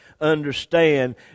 understand